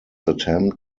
attempt